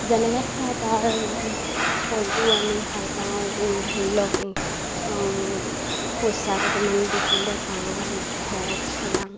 যেনেকৈ খায় তাৰ ফলটোও আমি ভাল পাওঁ ধৰি লওক পইচা কেইটামান বিকিলে পাওঁ ঘৰ চলাওঁ